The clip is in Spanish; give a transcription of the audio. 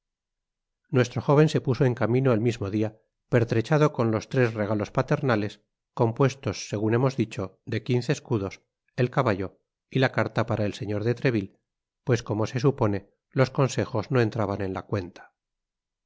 nuestro jóven se puso en camino el mismo dia pertrechado con los tres regalos paternales compuestos segun hemos dicho de quinee escudos el caballo y la carta para el señor de treville pues como se supone los consejos no entraban en cuenta